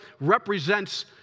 represents